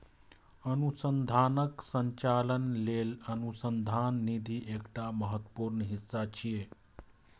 अनुसंधानक संचालन लेल अनुसंधान निधि एकटा महत्वपूर्ण हिस्सा छियै